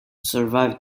survive